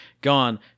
gone